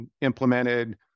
implemented